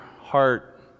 heart